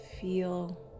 feel